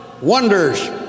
wonders